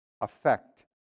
affect